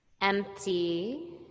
empty